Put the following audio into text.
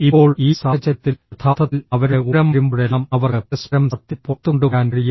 ഇപ്പോൾ ഈ സാഹചര്യത്തിൽ യഥാർത്ഥത്തിൽ അവരുടെ ഊഴം വരുമ്പോഴെല്ലാം അവർക്ക് പരസ്പരം സത്യം പുറത്തുകൊണ്ടുവരാൻ കഴിയും